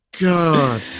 god